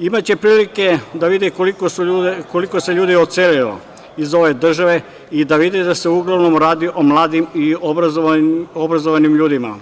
Imaće prilike da vide koliko se ljudi odselilo iz ove države i da vide da se uglavnom radi o mladim i obrazovanim ljudima,